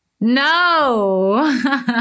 No